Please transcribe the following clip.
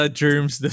germs